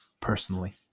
personally